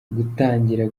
gutangira